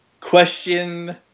Question